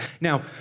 Now